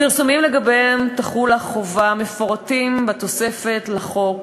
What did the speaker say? הפרסומים שלגביהם תחול החובה מפורטים בתוספת לחוק